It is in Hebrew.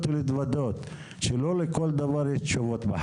ולהתוודות שלא לכל דבר בחיים יש תשובות.